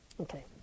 Okay